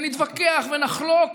ונתווכח ונחלוק